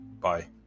Bye